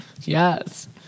Yes